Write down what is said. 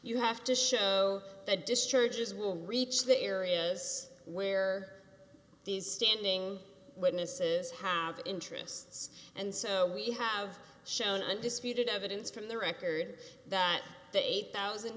you have to show the discharges will reach the areas where these standing witnesses have interests and so we have shown undisputed evidence from the record that the eight thousand